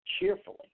cheerfully